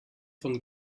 von